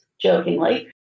jokingly